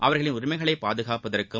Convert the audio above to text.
அவர்களின் உரிமைகளை பாதுகாப்பதற்கும்